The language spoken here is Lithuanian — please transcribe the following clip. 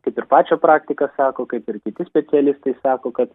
kaip ir pačio praktika sako kaip ir kiti specialistai sako kad